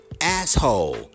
asshole